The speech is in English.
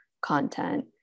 content